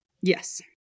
Yes